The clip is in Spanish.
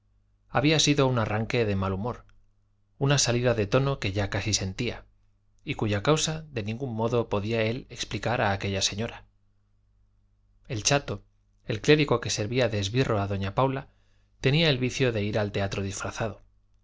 había sido un arranque de mal humor una salida de tono que ya casi sentía y cuya causa de ningún modo podía él explicar a aquella señora el chato el clérigo que servía de esbirro a doña paula tenía el vicio de ir al teatro disfrazado